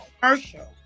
commercial